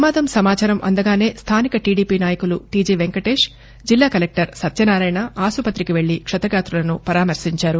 ప్రమాదం సమాచారం అందగానే స్థానిక టిడిపి నాయకులు టీజి వెంకటేష్ జిల్లా కలెక్టర్ సత్యనారాయణ ఆసుపుతికి వెల్లి క్షతగాతులను పరామర్శించారు